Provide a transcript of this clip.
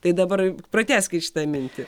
tai dabar pratęskit šitą mintį